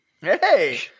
Hey